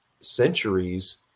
centuries